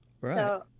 Right